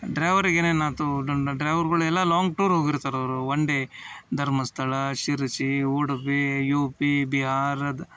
ಡ್ರೈವರಿಗೆ ಏನೇನು ಆಯ್ತು ಡ್ರೈವರ್ಗಳೆಲ್ಲ ಲಾಂಗ್ ಟೂರ್ ಹೋಗಿರ್ತಾರೆ ಅವರು one day Dharmasthala Sirsi Udupi U P ಬಿಹಾರದ